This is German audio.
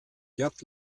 gerd